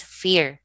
fear